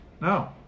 No